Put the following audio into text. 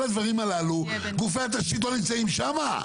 הדברים הללו גופי התשתית לא נמצאים שם?